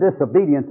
disobedience